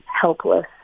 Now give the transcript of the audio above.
helpless